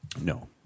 No